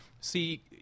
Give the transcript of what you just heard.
see